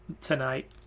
tonight